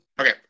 Okay